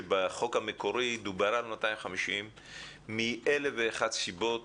שבחוק המקורי דובר על 250. מאלף ואחת סיבות